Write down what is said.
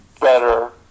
better